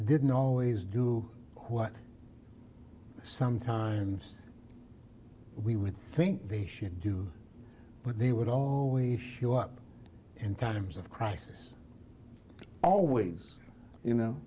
didn't always do what sometimes we would think they should do but they would always show up in times of crisis always you know